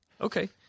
Okay